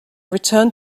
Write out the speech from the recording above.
returned